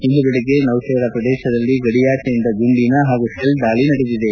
ಇಂದು ಬೆಳಗ್ಗೆ ನೌಶೇರಾ ಪ್ರದೇಶದಲ್ಲಿ ಗಡಿಯಾಚೆಯಿಂದ ಗುಂಡಿನ ಹಾಗೂ ತೆಲ್ ದಾಳಿ ನಡೆದಿದೆ